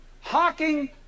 Hawking